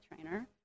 trainer